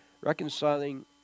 reconciling